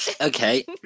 Okay